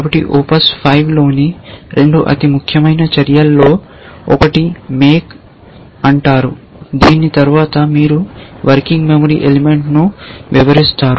కాబట్టి ఆప్స్ 5 లోని 2 అతి ముఖ్యమైన చర్యలను మేక్ అంటారు మరియు దీని తరువాత మీరు వర్కింగ్ మెమరీ ఎలిమెంట్ను వివరిస్తారు